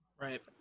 Right